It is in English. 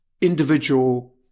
individual